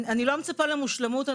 אני לא מצפה למושלמות.